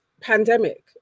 pandemic